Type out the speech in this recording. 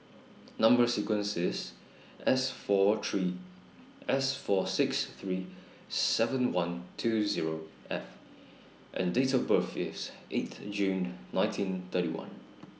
Number sequence IS S four three S four six three seven one two Zero F and Date of birth IS eighth June nineteen thirty one